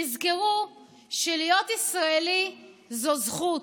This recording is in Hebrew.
תזכרו שלהיות ישראלי זו זכות,